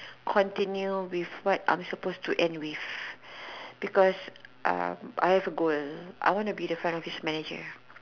continue with what I'm supposed to end with because uh I have a goal I want to be the front office manager